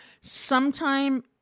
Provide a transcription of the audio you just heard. Sometime